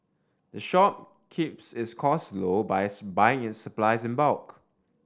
the shop keeps its costs low by buying its supplies in bulk